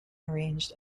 arranged